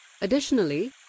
Additionally